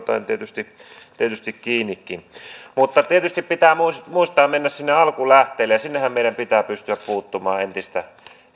joitain tietysti kiinnikin tietysti pitää muistaa mennä sinne alkulähteille ja sinnehän meidän pitää pystyä puuttumaan entistä